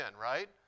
right